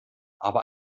aber